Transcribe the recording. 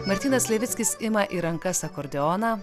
martynas levickis ima į rankas akordeoną